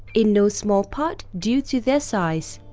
in no small part due to their size.